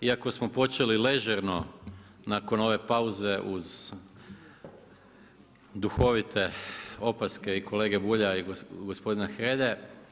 Iako smo počeli ležerno nakon ove pauze uz duhovite opaske i kolege Bulja i gospodina Hrelje.